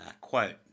quote